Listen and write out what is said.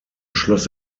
schloss